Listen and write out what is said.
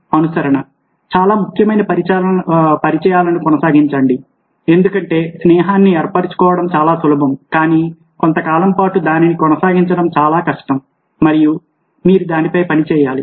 అనుసరణ చాలా ముఖ్యమైన పరిచయాలను కొనసాగించండి ఎందుకంటే స్నేహాన్ని ఏర్పరచుకోవడం చాలా సులభం కానీ కొంత కాలం పాటు దానిని కొనసాగించడం చాలా కష్టం మరియు మీరు దానిపై పని చేయాలి